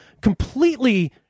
completely